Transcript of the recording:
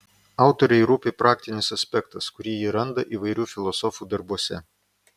autorei rūpi praktinis aspektas kurį ji randa įvairių filosofų darbuose